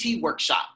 workshop